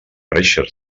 reixes